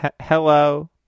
Hello